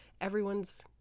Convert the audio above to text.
everyone's